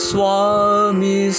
Swami